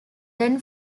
then